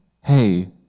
hey